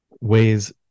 ways